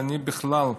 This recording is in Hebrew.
בכלל,